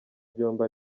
byombi